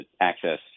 access